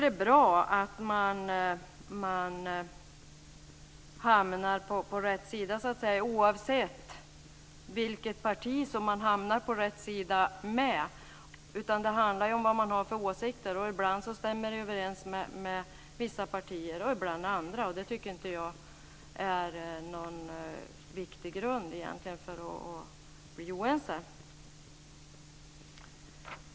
Det är bra att man hamnar på rätt sida, så att säga - oavsett vilket parti man hamnar på rätt sida tillsammans med. Det handlar ju om vilka åsikter man har, och ibland stämmer de överens med vissa partier och ibland med andra. Det är inte något viktigt skäl för att bli oense.